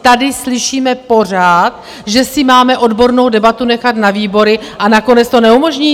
Tady slyšíme pořád, že si máme odbornou debatu nechat na výbory a nakonec to neumožníte?